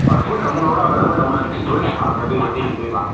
ꯄꯨꯟꯅ ꯑꯃꯨꯛ ꯂꯧꯔꯛꯑꯒꯅ ꯑꯩꯈꯣꯏꯅ ꯅꯥꯏꯟꯇꯤ ꯂꯣꯏ ꯁꯥꯔꯛꯀꯗꯣꯏꯕ